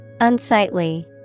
Unsightly